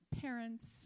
parents